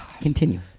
Continue